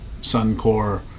Suncor